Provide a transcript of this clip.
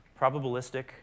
probabilistic